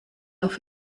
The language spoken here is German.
auf